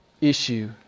issue